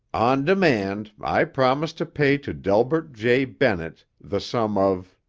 on demand i promise to pay to delbert j. bennett the sum of.